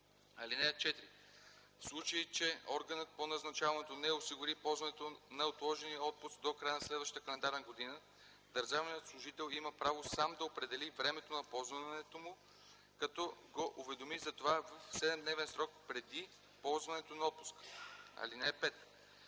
(4) В случай, че органът по назначаването не осигури ползването на отложения отпуск до края на следващата календарна година, държавният служител има право сам да определи времето на ползването му, като го уведоми за това в седемдневен срок преди ползването на отпуска. (5)